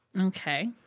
Okay